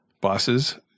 bosses